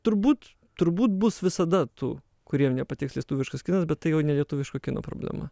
turbūt turbūt bus visada tų kuriem nepatiks lietuviškas kinas bet tai jau ne lietuviško kino problema